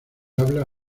habla